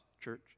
church